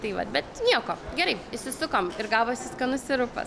tai vat bet nieko gerai išsisukom ir gavosi skanus sirupas